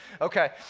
Okay